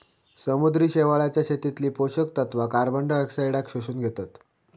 समुद्री शेवाळाच्या शेतीतली पोषक तत्वा कार्बनडायऑक्साईडाक शोषून घेतत